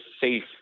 safe